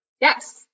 Yes